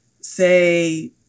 say